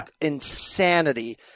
insanity